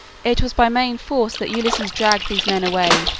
it was by main force that ulysses dragged these men away,